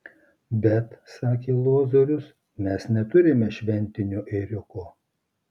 bet sakė lozorius mes neturime šventinio ėriuko